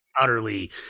utterly